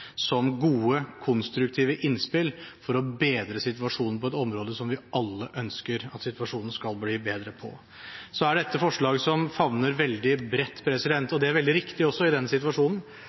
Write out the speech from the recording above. som gode konstruktive innspill for å bedre situasjonen på et område hvor vi alle ønsker at situasjonen skal bli bedre. Dette er forslag som favner veldig bredt, og det er veldig riktig også i den situasjonen.